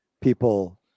people